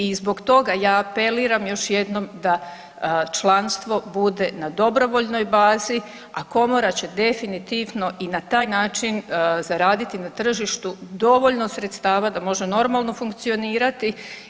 I zbog toga ja apeliram još jednom da članstvo bude na dobrovoljnoj bazi, a Komora će definitivno i na taj način zaraditi na tržištu dovoljno sredstava da može normalno funkcionirati.